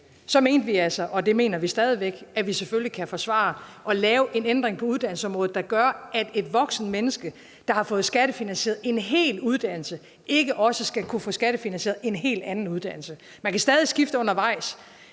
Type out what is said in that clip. mente vi altså, og det mener vi stadig væk, at vi selvfølgelig kan forsvare at lave en ændring på uddannelsesområdet, der gør, at et voksent menneske, der har fået skattefinansieret en hel uddannelse, ikke også skal kunne få skattefinansieret en anden hel uddannelse. Man kan stadig skifte undervejs.